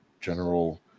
general